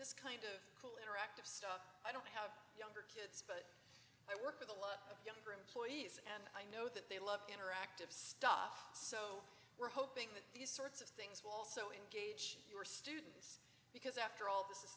this kind of cool interactive stuff i don't have young to work with a lot of younger employees and i know that they love interactive stuff so we're hoping that these sorts of things will also in gauge your risk because after all this is